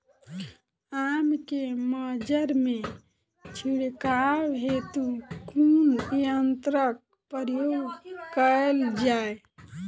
आम केँ मंजर मे छिड़काव हेतु कुन यंत्रक प्रयोग कैल जाय?